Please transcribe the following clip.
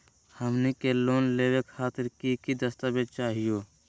हमनी के लोन लेवे खातीर की की दस्तावेज चाहीयो?